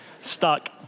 stuck